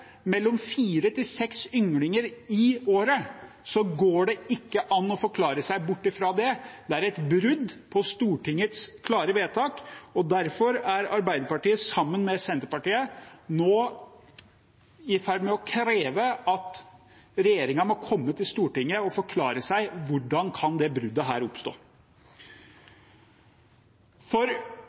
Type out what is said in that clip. mellom fire og seks ynglinger i året, går det ikke an å forklare seg bort fra det. Det er et brudd på Stortingets klare vedtak. Derfor er Arbeiderpartiet sammen med Senterpartiet nå i ferd med å kreve at regjeringen må komme til Stortinget og forklare seg om hvordan dette bruddet kan oppstå. Det er stadig viktigere å få en forståelse for